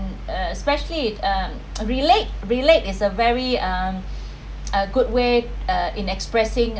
especially uh relate relate is a very uh a good way uh in expressing